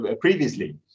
previously